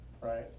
Right